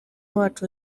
wacu